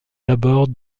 abords